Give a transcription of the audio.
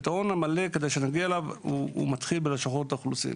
כדי להגיע לפתרון המלא צריך להתחיל בלשכות האוכלוסין.